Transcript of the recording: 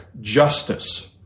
justice